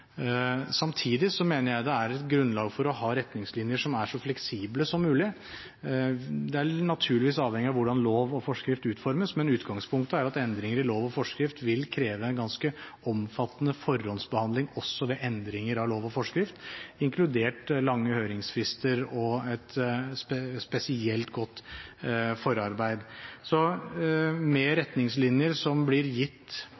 Samtidig mener jeg det er grunnlag for å ha retningslinjer som er så fleksible som mulig. Det er naturligvis avhengig av hvordan lov og forskrift utformes, men utgangspunktet er at endringer i lov og forskrift vil kreve en ganske omfattende forhåndsbehandling også ved endringer av lov og forskrift, inkludert lange høringsfrister og et spesielt godt forarbeid. Så med